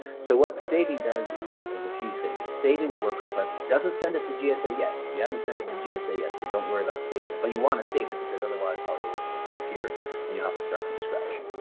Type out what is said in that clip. so what saving does is is a few things, saving the work request doesn't send it to gsa yet, you haven't sent it to gsa yet, so don't worry about saving it, but you want to save it because otherwise all your work will disappear and you'll have to start from scratch.